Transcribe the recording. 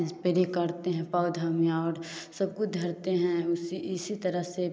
spray करते हैं पौधे में और सब कुछ धरते हैं उसी इसी तरह से